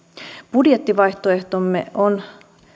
budjettivaihtoehtomme on